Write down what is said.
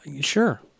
Sure